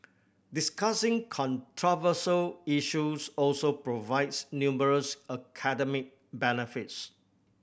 discussing controversial issues also provides numerous academic benefits